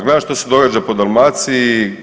Gledam što se događa po Dalmaciji.